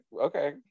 Okay